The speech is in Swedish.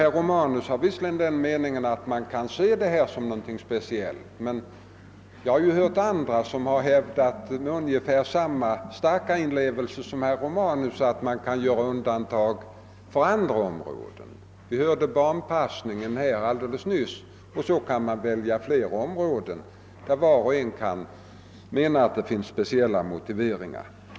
Herr Romanus har visserligen den uppfaitningen att skrivbyråverksamheten är någonting speciellt, men jag har träffat personer som med samma starka inlevelse som herr Romanus hävdar att man bör göra undantag för andra områden. Vi hörde barnpassningen nämnas alldeles nyss, och man kan väja fler områden, där var och en anser att det finns speciella motiveringar.